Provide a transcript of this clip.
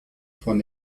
von